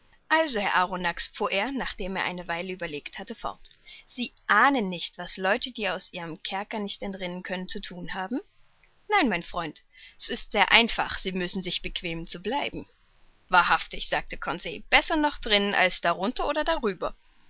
also herr arronax fuhr er nachdem er eine weile überlegt hatte fort sie ahnen nicht was leute die aus ihrem kerker nicht entrinnen können zu thun haben nein mein freund s ist sehr einfach sie müssen sich bequemen zu bleiben wahrhaftig sagte conseil besser noch drinnen als darunter oder darüber